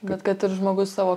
kad kad ir žmogus savo